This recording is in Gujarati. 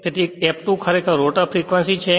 તેથી F2 ખરેખર રોટર ફ્રેક્વંસી છે